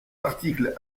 article